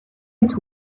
its